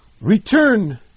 Return